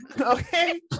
Okay